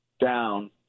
down